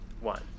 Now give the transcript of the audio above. one